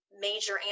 major